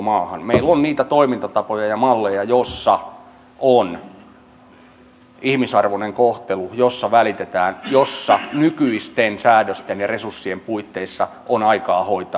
meillä on niitä toimintatapoja ja malleja joissa on ihmisarvoinen kohtelu joissa välitetään joissa nykyisten säädösten ja resurssien puitteissa on aikaa hoitaa